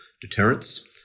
deterrence